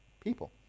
people